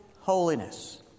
holiness